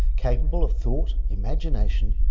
capable of thought, imagination,